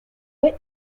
foot